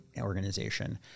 organization